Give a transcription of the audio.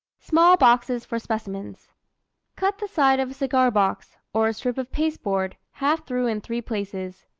small boxes for specimens cut the side of a cigar-box, or a strip of pasteboard, half through in three places,